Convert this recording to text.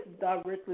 directly